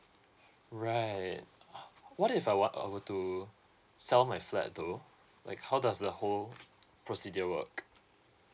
right what if I wa~ uh were to sell my flat too like how does the whole procedure work